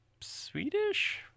Swedish